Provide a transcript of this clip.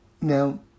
Now